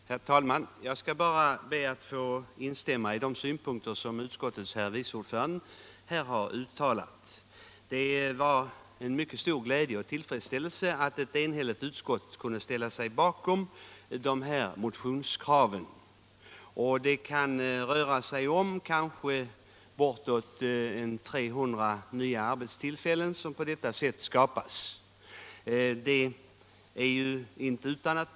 Herr talman! Jag skall bara be att få instämma i de synpunkter som utskottets vice ordförande här har framfört. Det var mycket glädjande och tillfredsställande att ett enhälligt utskott kunde ställa sig bakom dessa motionskrav. Det kan kanske röra sig om uppåt 300 nya arbetstillfällen som skapas på detta sätt.